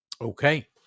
Okay